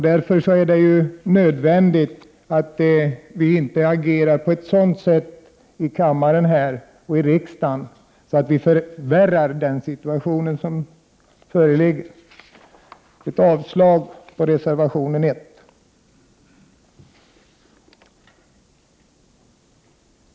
Därför är det nödvändigt att vi inte agerar på ett sådant sätt i kammaren här i riksdagen att vi förvärrar den situation som föreligger. Jag yrkar avslag på reservation 1.